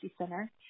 Center